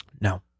No